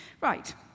Right